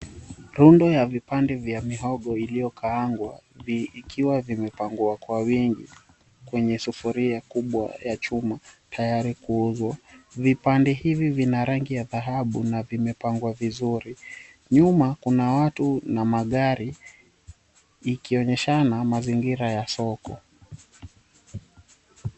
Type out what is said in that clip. Rundo ya vipande vya mihogo iliyokaangwa, vikiwa vimepangwa kwa wingi kwenye sufuria kubwa ya chuma tayari kuuzwa. Vipande hivi vina rangi ya dhahabu na vimepangwa vizuri. Nyuma kuna watu na magari ikionyesha mazingira ya soko.